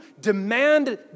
demand